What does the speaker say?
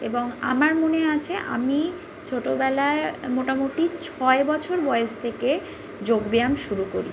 এবং আমার মনে আছে আমি ছোটোবেলায় মোটামোটি ছয় বছর বয়স থেকে যোগব্যায়াম শুরু করি